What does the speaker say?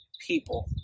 people